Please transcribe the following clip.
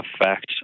effect